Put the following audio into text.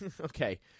Okay